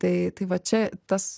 tai tai va čia tas